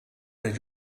der